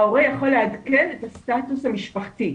ההורה יכול לעדכן את הסטטוס המשפחתי.